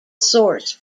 source